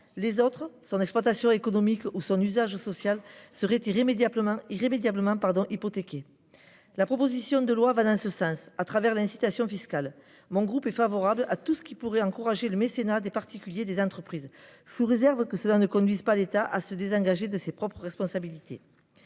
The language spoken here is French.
c'est-à-dire son exploitation économique ou son usage social, seraient irrémédiablement hypothéqués. La proposition de loi va dans ce sens, à travers l'incitation fiscale. Mon groupe est favorable à tout ce qui pourrait encourager le mécénat des particuliers et des entreprises, sous réserve que cela ne conduise pas l'État à se désengager de ses propres responsabilités.